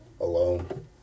alone